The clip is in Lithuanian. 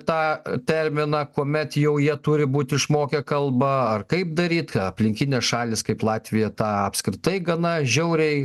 tą terminą kuomet jau jie turi būt išmokę kalbą ar kaip daryt aplinkinės šalys kaip latvija tą apskritai gana žiauriai